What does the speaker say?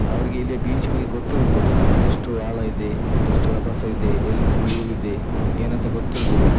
ಅವರಿಗೆ ಇಲ್ಲೆ ಬೀಚ್ ಬಗ್ಗೆ ಗೊತ್ತಿರುದಿಲ್ಲ ಎಷ್ಟು ಆಳ ಇದೆ ಎಷ್ಟು ರಭಸ ಇದೆ ಎಲ್ಲಿ ಸುಳಿವು ಇದೆ ಏನಂತ ಗೊತ್ತಿರುದಿಲ್ಲ